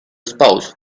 spouse